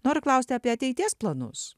noriu klausti apie ateities planus